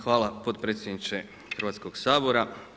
Hvala potpredsjedniče Hrvatskog sabora.